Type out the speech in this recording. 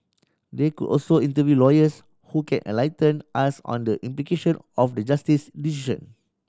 they could also interview lawyers who can enlighten us on the implication of the Justice's decision